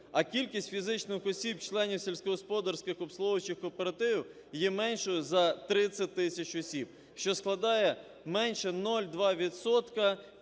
а кількість фізичних осіб-членів сільськогосподарських обслуговуючих кооперативів є меншою за 30 тисяч осіб, що складає менше 0,2